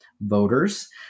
voters